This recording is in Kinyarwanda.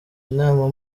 inama